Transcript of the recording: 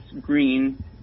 Green